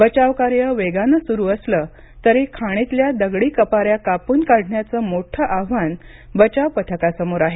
बचाव कार्य वेगानं सुरू असलं तरी खाणीतल्या दगडी कपाऱ्या कापून काढण्याचं मोठं आव्हान बचाव पथकासमोर आहे